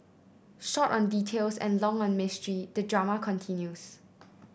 short on details and long on mystery the drama continues